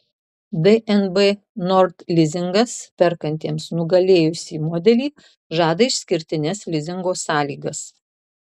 dnb nord lizingas perkantiems nugalėjusį modelį žada išskirtines lizingo sąlygas